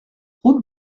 route